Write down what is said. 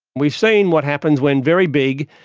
we've seen what happens when very big,